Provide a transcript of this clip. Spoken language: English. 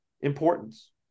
importance